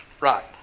right